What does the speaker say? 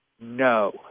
no